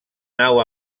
nau